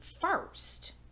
first